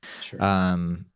Sure